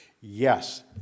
yes